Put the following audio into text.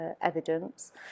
evidence